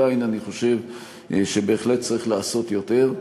אני חושב שבהחלט, צריך לעשות יותר,